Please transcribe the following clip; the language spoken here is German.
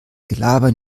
gelaber